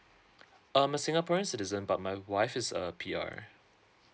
I'm a singaporean citizen but my wife is a P_R